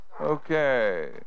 Okay